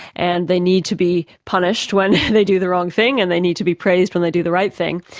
and they need to be punished when they do the wrong thing and they need to be praised when they do the right thing.